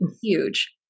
huge